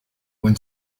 when